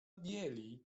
bieli